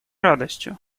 радостью